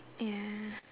ya